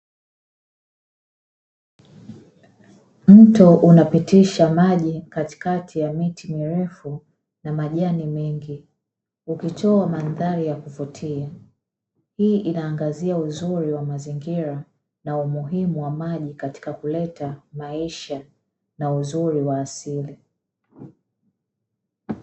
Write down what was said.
Mto unapitisha maji katikati ya miti mirefu na majani mengi, ukitoa mandhari ya kuvutia. Hii inaangazia uzuri wa mazingira na umuhimu wa maji katika kuleta maisha na uzuri wa asili.